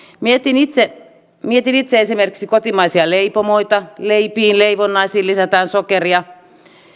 mietin itse mietin itse esimerkiksi kotimaisia leipomoita leipiin leivonnaisiin lisätään sokeria